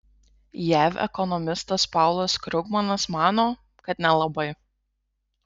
jav ekonomistas paulas krugmanas mano kad nelabai